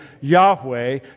Yahweh